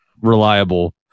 reliable